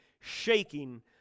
shaking